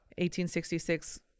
1866